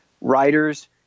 writers